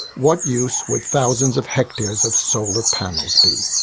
what use would thousands of hectares of solar panels be?